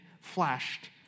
flashed